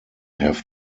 have